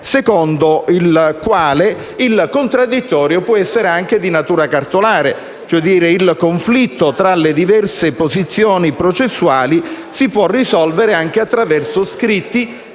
secondo il quale il contraddittorio può essere anche di natura cartolare. Il conflitto tra le diverse posizioni processuali si può risolvere anche attraverso scritti